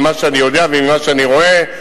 ממה שאני יודע וממה שאני רואה,